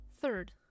Third